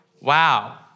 Wow